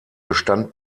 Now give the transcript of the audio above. bestand